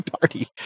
party